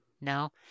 No